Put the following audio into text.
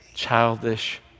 Childish